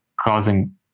causing